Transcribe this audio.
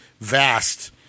vast